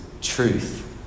truth